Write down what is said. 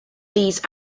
these